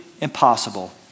impossible